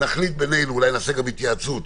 נחליט בינינו, אולי נקיים גם התייעצות,